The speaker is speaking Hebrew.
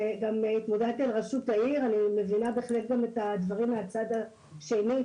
גם התמודדתי על רשות העיר ואני בהחלט מבינה את הדברים מהצד השני,